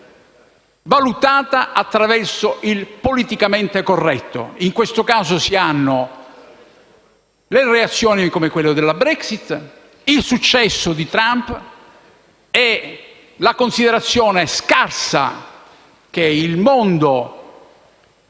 valutata attraverso il «politicamente corretto»; in questo caso, si hanno reazioni come la Brexit, il successo di Trump e la considerazione scarsa che il mondo